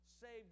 saved